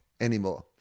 anymore